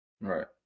Right